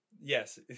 Yes